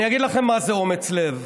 אני אגיד לכם מה זה אומץ לב.